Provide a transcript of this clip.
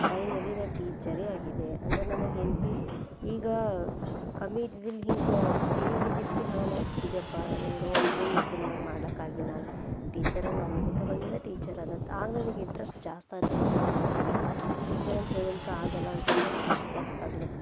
finally ನಾನು ಟೀಚರೇ ಆಗಿದೆ ಅಂದ್ರೆ ನನಗೆ ಏನು ಭೀ ಈಗ ಕಮ್ಮಿ ಇದಿದ್ದು ಹಿಂಗೆ ಫೀಲಿಂಗ್ ಇದ್ದಿಲ್ಲ ಕಿ ಹಾಂ ನಾನು ಬಿಟ್ಟಿದ್ಯಪ್ಪ ನಾನು ಏನೋ ಒಂದು ಏಮ್ ಇತ್ತು ನನಗೆ ಮಾಡ್ಲಕ್ಕಾಗಿಲ್ಲ ಟೀಚರೆನೊ ಅನ್ಕೋತ ಬಂದಿದ್ದೆ ಟೀಚರ್ ಆದದ್ದು ಆಗಿ ನನಗೆ ಇಂಟ್ರೆಸ್ಟ್ ಜಾಸ್ತಾತಾ ಹೋಯಿತು ದಿನಕ್ಕೆ ಟೀಚರ್ ಅಂತ ಹೇಳಿನ್ಕ ಆದಲ್ಲ ಅಂತ ಅಂದು ಹೇಳಿ ಖುಷಿ ಜಾಸ್ತಿ ಆಗ್ಲಾತಿತ್ತು